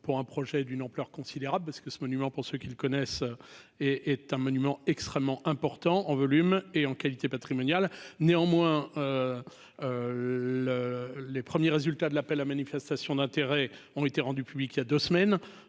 pour un projet d'une ampleur considérable, parce que ce monument pour ceux qui le connaissent et est un monument extrêmement important en volume et en qualité patrimoniale néanmoins le les premiers résultats de l'appel à manifestation d'intérêt ont été rendus publics il y a 2 semaines,